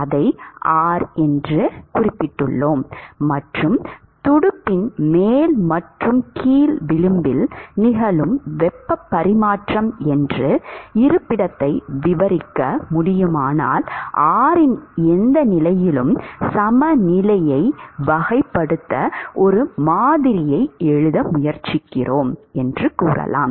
R மற்றும் துடுப்பின் மேல் மற்றும் கீழ் விளிம்பில் நிகழும் வெப்பப் பரிமாற்றம் என்று இருப்பிடத்தை விவரிக்க முடியுமானால் R இன் எந்த நிலையிலும் சமநிலையை வகைப்படுத்த ஒரு மாதிரியை எழுத முயற்சிக்கிறோம் என்று கூறலாம்